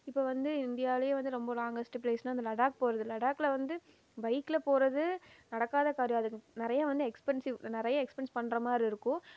இப்போ வந்து இந்தியாவிலையே வந்து ரொம்ப லாங்கஸ்ட் ப்ளேஸ்சுன்னால் இந்த லடாக் போவது லாடக்கில் வந்து பைக்கில் போவது நடக்காத காரியம் அதுக்கு நிறைய வந்து எக்ஸ்பென்சிவ் நிறைய எக்ஸ்பென்ஸ் பண்ணுற மாதிரி இருக்கும்